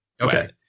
Okay